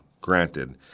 granted